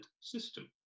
system